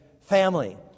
family